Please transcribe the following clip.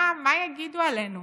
מה יגידו עלינו?